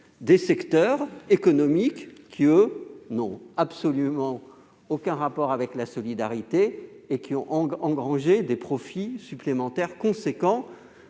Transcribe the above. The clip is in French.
des secteurs économiques qui, eux, n'ont absolument aucun rapport avec la solidarité et qui ont engrangé des profits supplémentaires considérables.